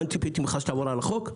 מה, אני ציפיתי ממך שתעבור על החוק?